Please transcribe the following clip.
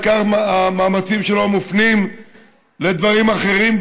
עיקר המאמצים שלו מופנים לדברים אחרים,